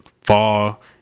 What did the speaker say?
fall